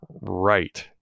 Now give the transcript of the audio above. right